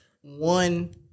one